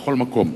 לכל מקום.